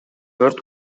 өрт